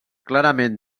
clarament